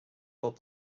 pob